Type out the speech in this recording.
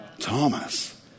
Thomas